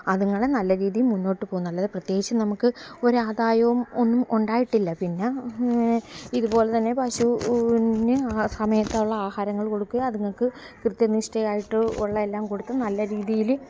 അത്ങ്ങളെ നല്ല രീതിയിൽ മുന്നോട്ട് പ്രത്യേകിച്ച് നമുക്ക് ഒരു ആദായവും ഒന്നും ഉണ്ടായിട്ടില്ല പിന്നെ ഇത് പോലെത്തന്നെ പശു വിന് സമയത്തുള്ള ആഹാരങ്ങൾ കൊടുക്കുക അത്ങ്ങൾക്ക് കൃത്യനിഷ്ട്ടയായിട്ട് ഉള്ള എല്ലാം കൊടുത്ത് നല്ല രീതിയിൽ